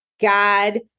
God